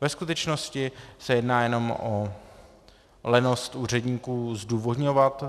Ve skutečnosti se jedná jenom o lenost úředníků zdůvodňovat